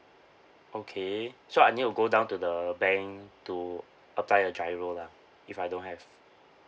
okay so I need to go down to the bank to apply a gio lah if I don't have